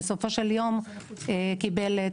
בסופו של יום קיבל את